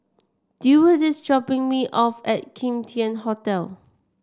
Deward is dropping me off at Kim Tian Hotel